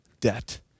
debt